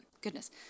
Goodness